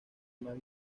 más